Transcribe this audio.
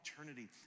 eternity